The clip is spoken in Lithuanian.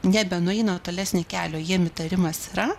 nebenueina tolesnį kelio jiem įtarimas yra